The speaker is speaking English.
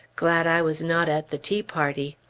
glad i was not at the tea-party!